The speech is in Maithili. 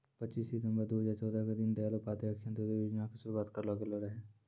पच्चीस सितंबर दू हजार चौदह के दीन दयाल उपाध्याय अंत्योदय योजना के शुरुआत करलो गेलो रहै